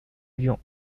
lyon